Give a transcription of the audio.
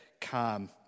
calm